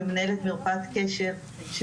אני מנהלת מרפאת קשב,